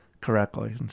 correctly